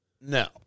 No